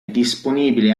disponibile